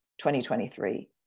2023